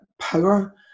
power